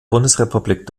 bundesrepublik